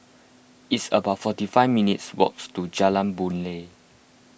it's about forty five minutes' walk to Jalan Boon Lay